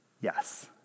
Yes